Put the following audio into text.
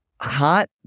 Hot